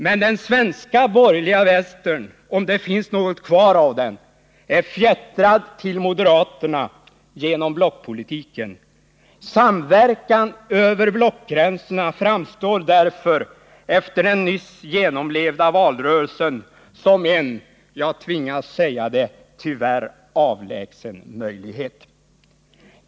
Men den svenska borgerliga vänstern, om det finns något kvar av den, är till följd av blockpolitiken fjättrad till moderaterna. Samverkan över blockgränserna framstår därför efter den nyss genomlevda valrörelsen som en — jag tvingas säga det — tyvärr avlägsen möjlighet.